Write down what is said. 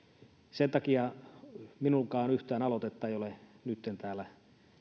sen takia yhtään minunkaan aloitetta ei ole nytten täällä